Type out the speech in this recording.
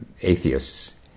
atheists